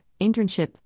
internship